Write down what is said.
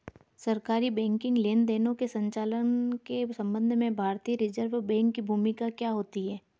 सरकारी बैंकिंग लेनदेनों के संचालन के संबंध में भारतीय रिज़र्व बैंक की भूमिका क्या होती है?